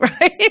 right